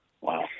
Wow